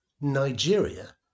Nigeria